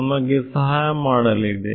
ನಮಗೆ ಸಹಾಯ ಮಾಡಲಿದೆ